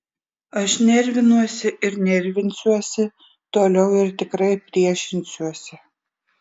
aš nervinuosi ir nervinsiuosi toliau ir tikrai priešinsiuosi